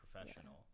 professional